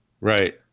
Right